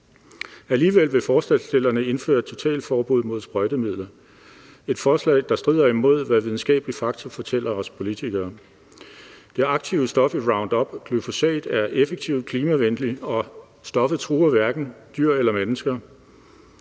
Alligevel vil forslagsstillerne indføre et totalforbud mod sprøjtemidler – et forslag, der strider imod, hvad videnskabelige fakta fortæller os politikere. Det aktive stof i Roundup og glyfosat er effektivt og klimavenligt, og stoffet truer hverken dyr eller mennesker.